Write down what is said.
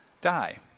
die